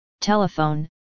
telephone